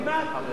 עוד מעט.